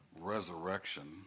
resurrection